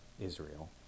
Israel